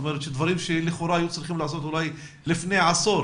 זאת אומרת שדברים שלכאורה היו צריכים לעשות אולי לפני עשור